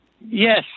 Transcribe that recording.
Yes